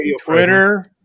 Twitter